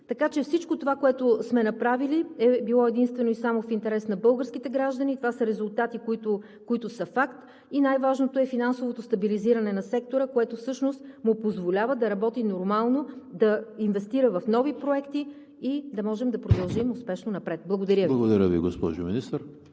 Така че всичко това, което сме направили, е било единствено и само в интерес на българските граждани. Това са резултати, които са факт. И най-важното е финансовото стабилизиране на сектора, което всъщност му позволява да работи нормално, да инвестира в нови проекти и да можем да продължим успешно напред. Благодаря Ви. ПРЕДСЕДАТЕЛ ЕМИЛ ХРИСТОВ: